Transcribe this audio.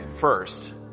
first